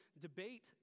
debate